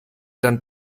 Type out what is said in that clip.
dann